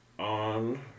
on